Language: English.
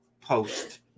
post